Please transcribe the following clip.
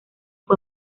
fue